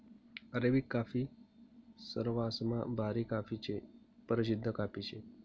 Arabic coffee सरवासमा भारी coffee शे, परशिद्ध कॉफी शे